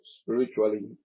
spiritually